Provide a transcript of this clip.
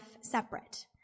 separate